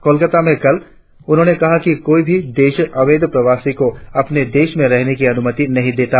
कोलकाता में कल उन्होंने कहा कि कोई भी देश अवैध प्रवासियों को अपने देश में रहने की अनुमति नही देता